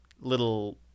little